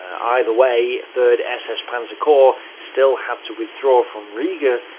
and either way, third ss panzer corps still had to withdraw from riga,